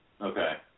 Okay